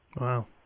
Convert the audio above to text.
Wow